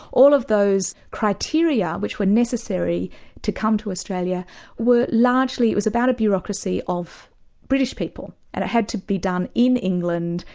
all of those criteria which were necessary to come to australia were largely, it was about a bureaucracy of british people, and it had to be done in england,